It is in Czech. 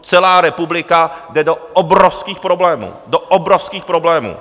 Celá republika jde do obrovských problémů, do obrovských problémů.